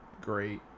great